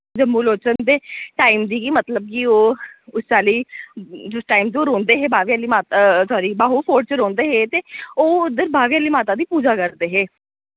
जम्मू लोचन दे टाइम दी ही मतलब कि ओह् उस चाल्ली जुस टाइम च ओ रोह्नदे हे बावे आह्ली मा सारी बहु फोर्ट च रोह्नदे हे ते ओ उद्दर बावे आह्ली माता दी पूजा करदे हे